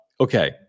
Okay